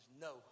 no